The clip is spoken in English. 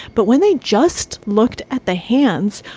but when they just looked at the hands,